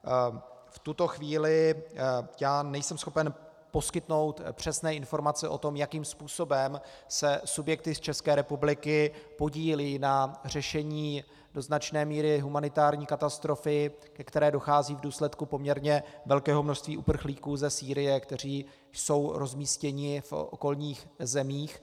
V tuto chvíli nejsem schopen poskytnout přesné informace o tom, jakým způsobem se subjekty z České republiky podílejí na řešení do značné míry humanitární katastrofy, ke které dochází v důsledku poměrně velkého množství uprchlíků ze Sýrie, kteří jsou rozmístěni v okolních zemích.